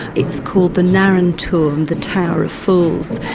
it's called the narrenturm, the tower of fools,